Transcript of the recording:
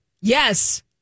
Yes